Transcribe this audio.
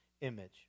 image